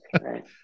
right